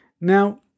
Now